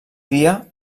dia